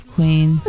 Queen